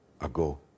ago